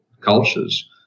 cultures